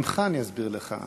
בשמחה אני אסביר לך.